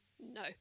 No